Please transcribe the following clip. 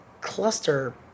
cluster